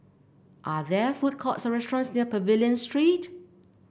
are there food courts or restaurants near Pavilion Street